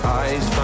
eyes